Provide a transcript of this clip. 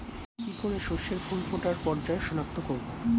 কি করে শস্যের ফুল ফোটার পর্যায় শনাক্ত করব?